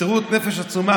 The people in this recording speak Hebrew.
במסירות נפש עצומה,